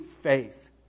faith